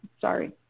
sorry